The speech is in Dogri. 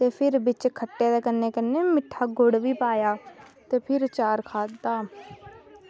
ते फ्ही बिच खट्टे दे कन्नै बिच मिट्ठे दा गुड़ बी पाया ते फिर अचार खाद्धा